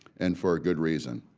and for a good reason.